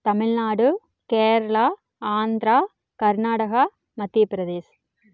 Tamil Nadu Kerala Andhra Karnataka Madhya Pradesh